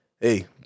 hey